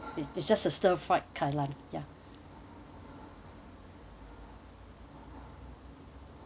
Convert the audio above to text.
it is just the stir fried kailan ya